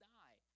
die